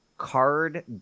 card